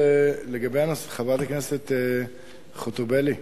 חברת הכנסת חוטובלי,